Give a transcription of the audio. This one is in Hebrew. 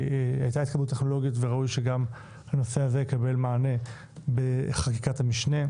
הייתה התקדמות טכנולוגיות וראוי שגם הנושא הזה יקבל מענה בחקיקת המשנה.